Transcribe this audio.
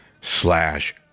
slash